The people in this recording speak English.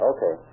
Okay